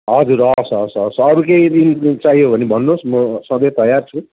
हजुर हवस् हवस् हवस् अरू केही दिन चाहियो भने भन्नुहोस् म सधैँ तयार छु